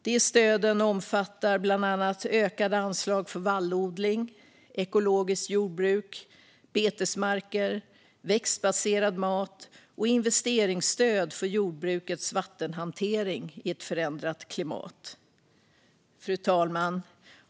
De stöden omfattar bland annat ökade anslag för vallodling, ekologiskt jordbruk, betesmarker, växtbaserad mat och investeringsstöd för jordbrukets vattenhantering i ett förändrat klimat. Fru talman!